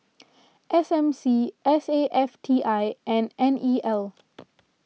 S M C S A F T I and N E L